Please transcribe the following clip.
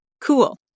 Cool